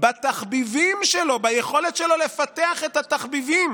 בתחביבים שלו, ביכולת שלו לפתח את התחביבים.